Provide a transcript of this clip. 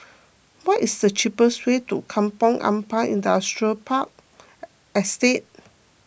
what is the cheapest way to Kampong Ampat Industrial Park Estate